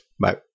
Bye